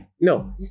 No